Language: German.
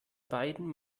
beidem